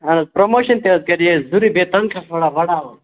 اَہَن حظ پرٛموشَن تہِ حظ کَرے اَسہِ ضروٗری بیٚیہِ تَنخواہ تھوڑا بَڈاوُن